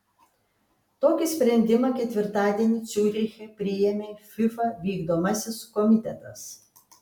tokį sprendimą ketvirtadienį ciuriche priėmė fifa vykdomasis komitetas